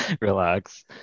Relax